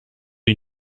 who